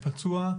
לפצוע,